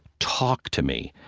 talk to me.